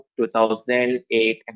2008